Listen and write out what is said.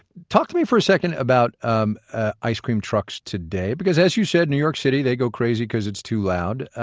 talk to me for a second about um ah ice cream trucks today, because, as you said, new york city, they go crazy because it's too loud.